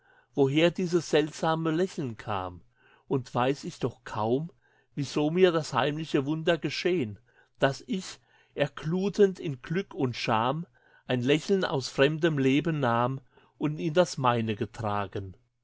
woher dieses seltsame lächeln kam und weiß ich doch kaum wieso mir das heimliche wunder geschehn daß ich erglutend in glück und scham ein lächeln aus fremdem leben nahm und in das meine getragen